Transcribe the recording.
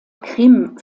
krim